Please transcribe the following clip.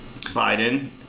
Biden